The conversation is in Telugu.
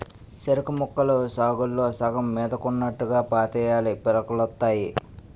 సెరుకుముక్కలు సాలుల్లో సగం మీదకున్నోట్టుగా పాతేయాలీ పిలకలొత్తాయి